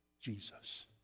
Jesus